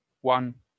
one